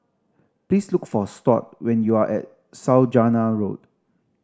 please look for Stuart when you are at Saujana Road